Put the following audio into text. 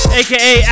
aka